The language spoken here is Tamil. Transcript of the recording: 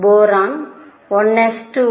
boron 1 s 2 2 s 2 2 p 1